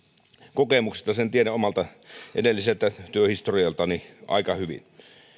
kokemuksesta sen tiedän omasta edellisestä työhistoriastani aika hyvin